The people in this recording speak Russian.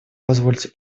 позвольте